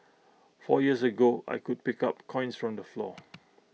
four years ago I could pick up coins from the floor